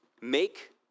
make